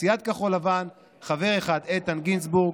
לסיעת כחול לבן חבר אחד: איתן גינזבורג,